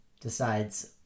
decides